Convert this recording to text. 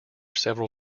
several